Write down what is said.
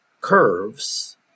curves